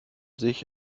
sich